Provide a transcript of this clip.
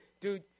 dude